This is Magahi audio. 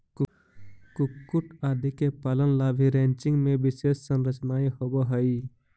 कुक्कुट आदि के पालन ला भी रैंचिंग में विशेष संरचनाएं होवअ हई